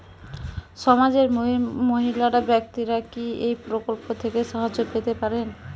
সমাজের মহিলা ব্যাক্তিরা কি এই প্রকল্প থেকে সাহায্য পেতে পারেন?